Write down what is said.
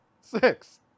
Six